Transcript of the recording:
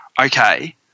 okay